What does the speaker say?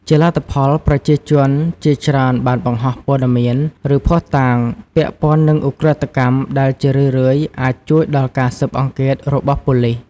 ជាលទ្ធផល ប្រជាជនជាច្រើនបានបង្ហោះព័ត៌មាន ឬភស្តុតាង ពាក់ព័ន្ធនឹងឧក្រិដ្ឋកម្ម ដែលជារឿយៗអាច ជួយដល់ការស៊ើបអង្កេតរបស់ប៉ូលិស ។